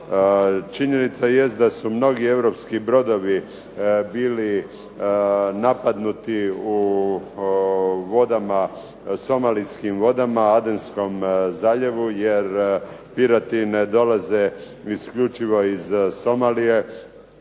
Činjenica jest da su mnogi europski brodovi bili napadnuti u vodama, somalijskim vodama, Adenskom zaljevu jer pirati ne dolaze isključivo iz Somalije,